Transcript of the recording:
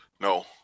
no